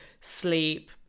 sleep